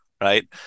right